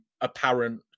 apparent